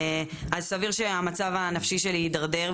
אז סביר שהמצב הנפשי שלי יידרדר,